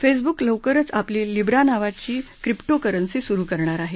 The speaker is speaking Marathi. फेसबुक लवकरच आपली लीव्रा नावाची क्रिप्टोकरंसी सुरु करणार अहे